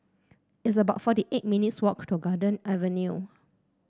it's about forty eight minutes' walk to Garden Avenue